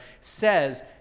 says